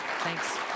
Thanks